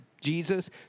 Jesus